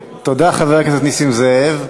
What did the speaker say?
תודה, חבר הכנסת נסים זאב.